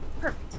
Perfect